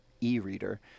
e-reader